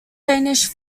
danish